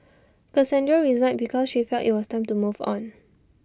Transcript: Cassandra resigned because she felt IT was time to move on